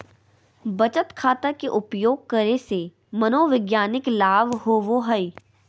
बचत खाता के उपयोग करे से मनोवैज्ञानिक लाभ होबो हइ